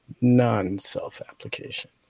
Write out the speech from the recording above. non-self-application